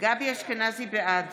בעד